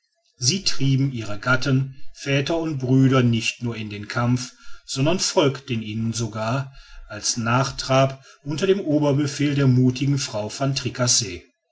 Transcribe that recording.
sie trieben ihre gatten väter und brüder nicht nur in den kampf sondern folgten ihnen sogar als nachtrab unter dem oberbefehl der muthigen frau van tricasse